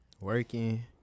working